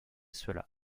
cela